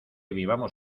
vivamos